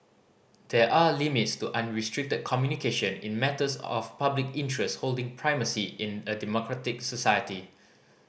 there are limits to unrestricted communication in matters of public interest holding primacy in a democratic society